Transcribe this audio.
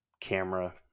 camera